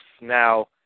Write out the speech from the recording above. Now